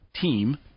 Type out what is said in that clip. team